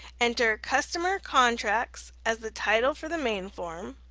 enter customercontracts as the title for the main form,